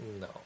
No